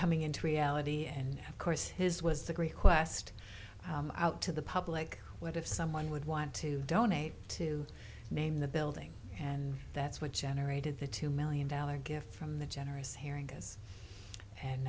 coming into reality and of course his was the great quest out to the public what if someone would want to donate to name the building and that's what generated the two million dollars gift from the generous hearing us and